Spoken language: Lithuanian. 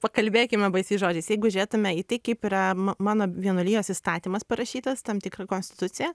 pakalbėkime baisiais žodžiais jeigu žiūrėtume į tai kaip yra mano vienuolijos įstatymas parašytas tam tikra konstitucija